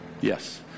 Yes